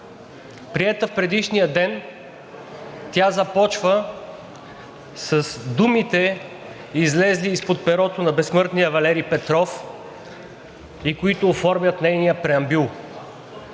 Приета в предишния ден, тя започва с думите, излезли изпод перото на безсмъртния Валери Петров, които оформят нейния преамбюл.